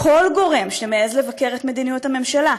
כל גורם שמעז לבקר את מדיניות הממשלה,